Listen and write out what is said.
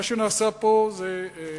מה שנעשה פה זה,